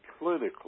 clinically